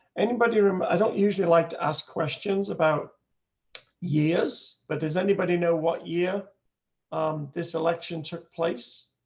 anybody room. i don't usually like to ask questions about yours, but does anybody know what year this election took place.